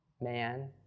man